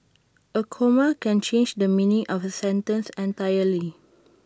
A comma can change the meaning of A sentence entirely